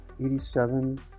87